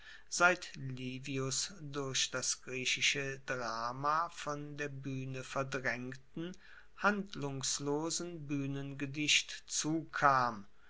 seit livius durch das griechische drama von der buehne verdraengten handlungslosen buehnengedicht zukam